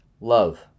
Love